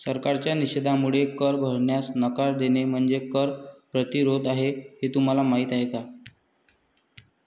सरकारच्या निषेधामुळे कर भरण्यास नकार देणे म्हणजे कर प्रतिरोध आहे हे तुम्हाला माहीत आहे का